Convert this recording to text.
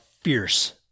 fierce